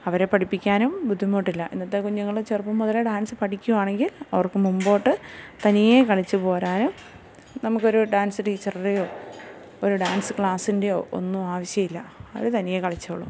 അവരെ പഠിപ്പിക്കാനും ബുദ്ധിമുട്ടില്ല ഇന്നത്തെ കുഞ്ഞുങ്ങൾ ചെറുപ്പം മുതലെ ഡാൻസ് പഠിക്കുകയാണെങ്കിൽ അവർക്ക് മുമ്പോട്ട് തനിയെ കളിച്ച് പോരാനും നമ്മുക്കൊരു ഡാൻസ് ടീച്ചറിൻ്റെയോ ഒരു ഡാൻസ് ക്ലാസ്സിൻ്റെയോ ഒന്നും ആവശ്യം ഇല്ല അവർ തനിയെ കളിച്ചോളും